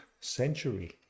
century